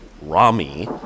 Rami